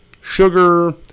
sugar